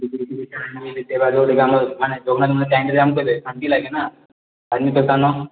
ଶାନ୍ତି ଲାଗେ ନା ଧାର୍ମିକ ସ୍ଥାନ